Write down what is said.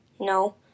no